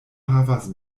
havas